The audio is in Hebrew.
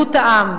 למנהיגות העם: